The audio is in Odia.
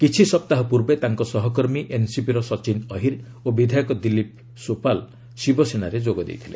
କିଛି ସପ୍ତାହ ପୂର୍ବେ ତାଙ୍କ ସହକର୍ମୀ ଏନ୍ସିପିର ସଚିନ ଅହୀର୍ ଓ ବିଧାୟକ ଦିଲ୍ଲୀପ ସୋପାଲ ଶିବସେନାରେ ଯୋଗ ଦେଇଥିଲେ